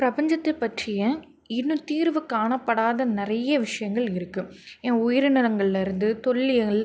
பிரபஞ்சத்தை பற்றிய இன்னும் தீர்வு காணப்படாத நிறைய விஷயங்கள் இருக்குது ஏன் உயிரினங்கள்லருந்து தொல்லியல்